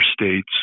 states